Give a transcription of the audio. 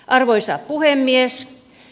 arvoisa puhemies